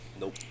nope